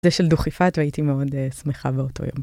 זה של דוכיפת והייתי מאוד שמחה באותו יום.